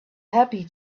happy